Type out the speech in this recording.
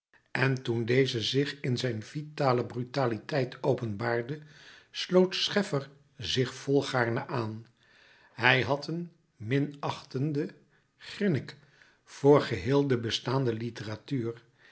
en toen deze zich in zijn vitale brutaliteit openbaarde sloot scheffer zich volgaarne aan hij had een minachtenden grinnik voor geheel de bestaande litteratuur